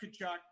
Kachuk